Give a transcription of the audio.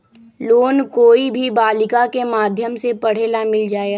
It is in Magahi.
लोन कोई भी बालिका के माध्यम से पढे ला मिल जायत?